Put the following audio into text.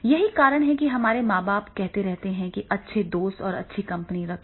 यही कारण है कि हमारे माता पिता कहते रहते हैं कि अच्छे दोस्त और अच्छी कंपनी रखें